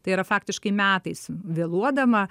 tai yra faktiškai metais vėluodama